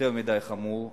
יותר מדי חמור,